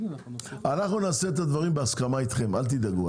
אנחנו נעשה את הדברים בהסכמה אתכם, אל תדאגו.